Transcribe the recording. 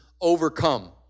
overcome